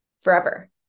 forever